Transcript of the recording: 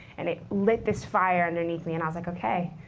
and it lit this fire underneath me. and i was like, ok,